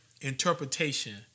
interpretation